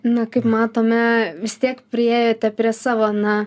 nu kaip matome vis tiek priėjote prie savo na